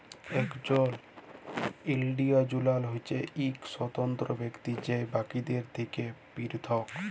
একজল ইল্ডিভিজুয়াল হছে ইক স্বতন্ত্র ব্যক্তি যে বাকিদের থ্যাকে পিরথক